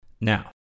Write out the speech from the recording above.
Now